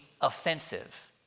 offensive